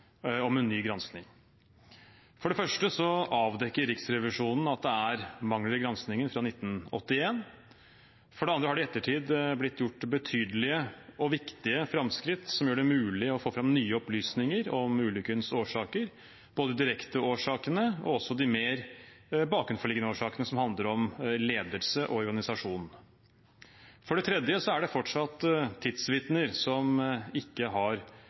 om en ny gransking. For det første avdekker Riksrevisjonen at det er mangler i granskingen fra 1981. For det andre har det i ettertid blitt gjort betydelige og viktige framskritt som gjør det mulig å få fram nye opplysninger om ulykkens årsaker, både direkteårsakene og også de mer bakenforliggende årsakene som handler om ledelse og organisasjon. For det tredje er det fortsatt tidsvitner som ikke har